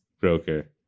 Broker